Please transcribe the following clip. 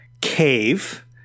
cave